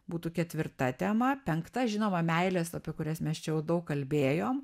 būtų ketvirta tema penkta žinoma meilės apie kurias mes čia jau daug kalbėjom